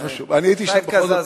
אתה התקזזת.